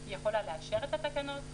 היא יכולה לאשר את התקנות,